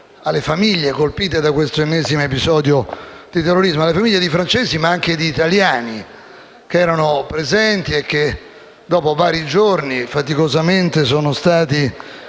alle famiglie colpite da questo ennesimo episodio di terrorismo. Mi riferisco alle famiglie dei francesi ma anche degli italiani presenti a Nizza, che dopo vari giorni faticosamente sono stati